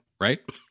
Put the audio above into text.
right